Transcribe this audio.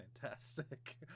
fantastic